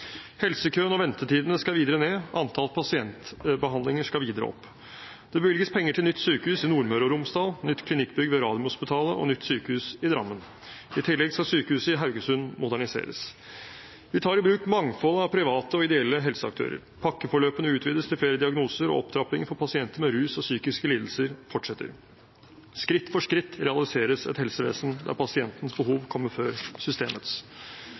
Helsekøene og ventetidene skal videre ned, antall pasientbehandlinger skal videre opp. Det bevilges penger til nytt sykehus i Nordmøre og Romsdal, nytt klinikkbygg ved Radiumhospitalet og nytt sykehus i Drammen. I tillegg skal sykehuset i Haugesund moderniseres. Vi tar i bruk mangfoldet av private og ideelle helseaktører. Pakkeforløpene utvides til flere diagnoser, og opptrappingen for pasienter med rus og psykiske lidelser fortsetter. Skritt for skritt realiseres et helsevesen der pasientens behov kommer før systemets.